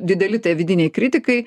dideli vidiniai kritikai